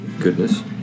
goodness